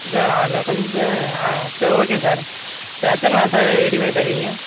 sir அதில் கொஞ்சம் ஆ சரி ஓகே சார் சார் எத்தனை நாளில் சார் ரெடி பண்ணித் தருவீங்க